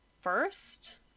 First